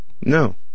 No